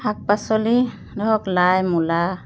শাক পাচলি ধৰক লাই মূলা